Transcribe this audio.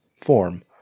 form